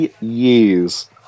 years